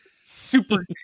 super